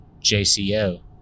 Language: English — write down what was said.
JCO